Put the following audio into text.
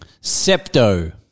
Septo